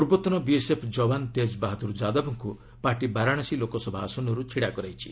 ପୂର୍ବତନ ବିଏସ୍ଏଫ୍ ଯବାନ ତେଜ୍ ବାହାଦୁର ଯାଦବଙ୍କୁ ପାର୍ଟି ବାରାଣସୀ ଲୋକସଭା ଆସନରୁ ଛିଡ଼ା କରାଇଛି